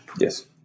Yes